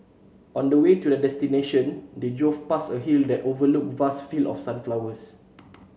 on the way to their destination they drove past a hill that overlooked vast fields of sunflowers